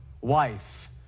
wife